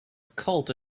cult